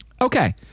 Okay